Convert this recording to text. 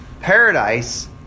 paradise